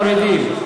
מורידים.